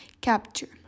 capture